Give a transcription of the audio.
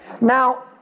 Now